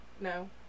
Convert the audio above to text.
no